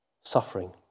suffering